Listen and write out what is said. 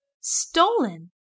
stolen